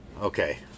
Okay